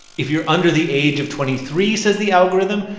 if you're under the age of twenty three, says the algorithm,